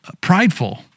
prideful